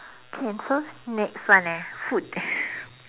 okay so next one eh food